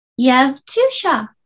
Yevtusha